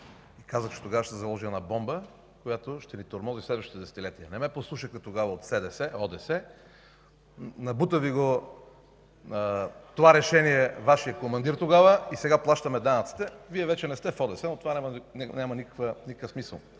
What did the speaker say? Казах, че тогава ще се заложи една бомба, която ще Ви тормози в следващите десетилетия. Не ме послушахте тогава от СДС, ОДС. Набута Ви го това решение Вашият Командир тогава и сега плащаме данъците. Вие вече не сте в ОДС, но това няма никакво